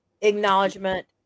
Acknowledgement